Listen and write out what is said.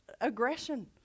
aggression